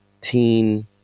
Teen